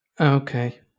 Okay